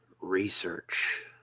research